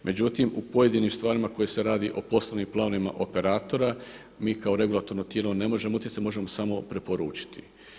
Međutim u pojedinim stvarima u kojima se radi o poslovnim planovima operatora mi kao regulatorno tijelo ne možemo utjecati, možemo samo preporučiti.